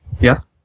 Yes